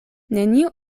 neniu